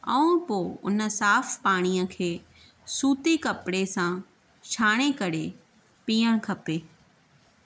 ऐं पोइ हुन साफ़ु पाणीअ खे सूती कपिड़े सां छाणे करे पीअणु खपे